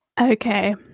Okay